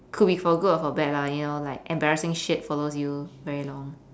could be for good or for bad lah you know like embarrassing shit follows you very long